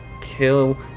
kill